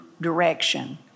direction